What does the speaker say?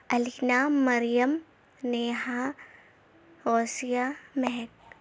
Alina Maryam Neha Ghausia Mehak